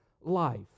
life